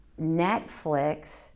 Netflix